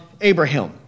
Abraham